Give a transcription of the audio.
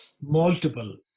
multiple